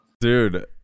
Dude